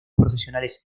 profesionales